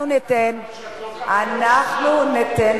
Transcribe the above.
אנחנו ניתן,